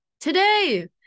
today